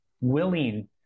willing